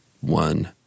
one